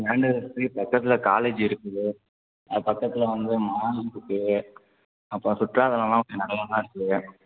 லேண்ட்டுக்கு பக்கத்தில் காலேஜ் இருக்குது அது பக்கத்தில் வந்து மால் இருக்கு அப்புறம் சுற்றுலாத்தலம்லாம் நிறையா தான் இருக்குது